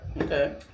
Okay